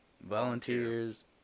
Volunteers